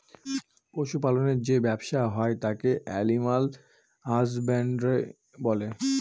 পশু পালনের যে ব্যবসা হয় তাকে এলিম্যাল হাসব্যানডরই বলে